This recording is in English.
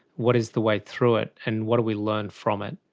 what is the way through it and what do we learn from it?